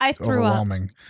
overwhelming